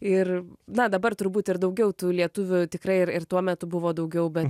ir na dabar turbūt ir daugiau tų lietuvių tikrai ir ir tuo metu buvo daugiau bet